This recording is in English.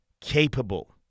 capable